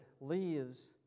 leaves